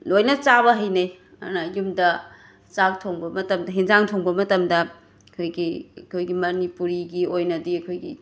ꯂꯣꯏꯅ ꯆꯥꯕ ꯍꯩꯅꯩ ꯑꯗꯨꯅ ꯑꯩ ꯌꯨꯝꯗ ꯆꯥꯛ ꯊꯣꯡꯕ ꯃꯇꯝ ꯍꯦꯟꯖꯥꯡ ꯊꯣꯡꯕ ꯃꯇꯝꯗ ꯑꯩꯈꯣꯏꯒꯤ ꯑꯩꯈꯣꯏꯒꯤ ꯃꯅꯤꯄꯨꯔꯤꯒꯤ ꯑꯣꯏꯅꯗꯤ ꯑꯩꯈꯣꯏꯒꯤ